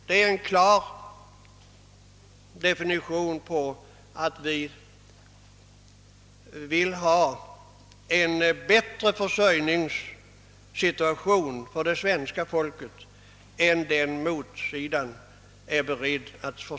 Det är en klar definition av vår önskan att skapa en bättre försörjningssituation för det svenska folket än den motsidan är beredd till.